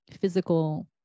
physical